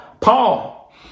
Paul